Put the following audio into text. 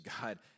God